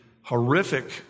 horrific